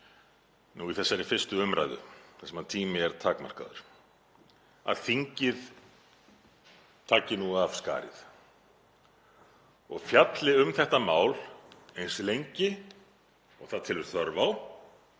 í þessari 1. umræðu þar sem tími er takmarkaður, að þingið taki nú af skarið og fjalli um þetta mál eins lengi og það telur þörf á,